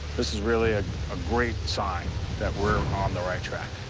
this is really a great sign that we're on the right track.